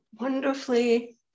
wonderfully